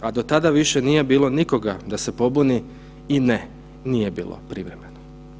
a do tada više nije bilo nikoga da se pobuni i ne nije bilo privremeno.